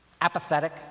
apathetic